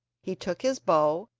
he took his bow,